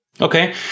Okay